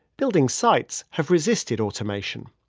building sites have resisted automation.